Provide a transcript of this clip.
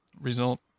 result